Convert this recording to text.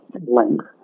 length